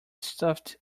stuffed